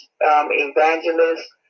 Evangelist